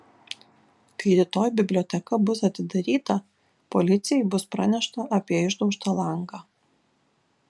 kai rytoj biblioteka bus atidaryta policijai bus pranešta apie išdaužtą langą